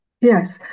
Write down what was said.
yes